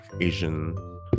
Asian